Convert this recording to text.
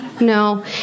no